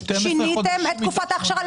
שיניתם את תקופת ההכשרה?